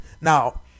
Now